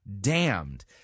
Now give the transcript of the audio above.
damned